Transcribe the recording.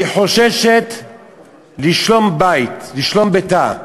והיא חוששת לשלום ביתה.